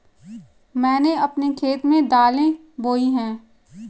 मैंने अपने खेत में दालें बोई हैं